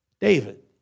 David